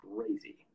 crazy